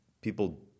people